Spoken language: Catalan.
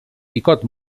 picot